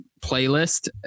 playlist